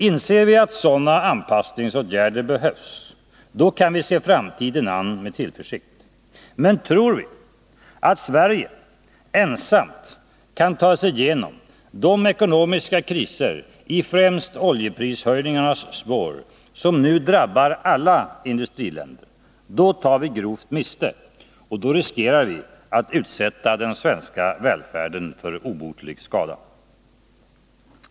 Inser vi att sådana anpassningsåtgärder behövs, då kan vi se framtiden an med tillförsikt. Men tror vi att Sverige ensamt kan ta sig igenom de ekonomiska kriser i främst oljeprishöjningarnas spår som nu drabbar alla industriländer, då tar vi grovt miste och riskerar att utsätta den svenska välfärden för obotlig skada.